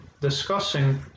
discussing